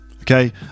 Okay